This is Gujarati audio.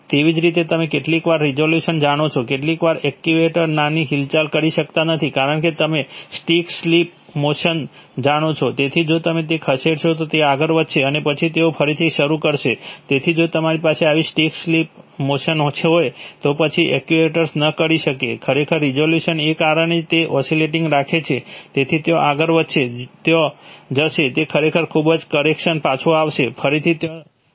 તેવી જ રીતે તમે કેટલીક વાર રિઝોલ્યુશન જાણો છો કેટલાક એક્ટિવેટર નાની હિલચાલ કરી શકતા નથી કારણ કે તમે સ્ટીક સ્લિપ મોશન જાણો છો તેથી જો તમે તેને ખસેડશો તો તેઓ આગળ વધશે અને પછી તેઓ ફરીથી શરૂ થશે તેથી જો તમારી પાસે આવી સ્ટીક સ્લિપ મોશન હોય તો પછી ઍક્ચ્યુએટર ન કરી શકે ખરેખર રિઝોલ્યુશનને કારણે તે ઓસીલેટિંગ રાખે છે તેથી તે ત્યાં આગળ વધશે ત્યાં જશે તે ખરેખર ખૂબ જ કરેક્શન પાછું આવશે ફરીથી તે ત્યાં આગળ વધશે